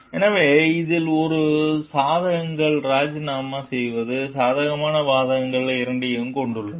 எனவே இதில் இரு சாதகங்கள் ராஜினாமா செய்வது சாதக பாதகங்கள் இரண்டையும் கொண்டுள்ளது